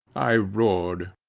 i roared.